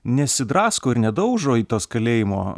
nesidrasko ir nedaužo į tuos kalėjimo